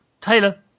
Taylor